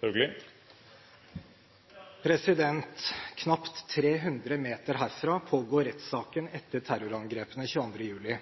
vedtatt. Knapt 300 meter herfra pågår rettssaken etter terrorangrepene 22. juli.